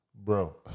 Bro